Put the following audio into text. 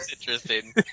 interesting